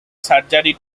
surgery